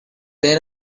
then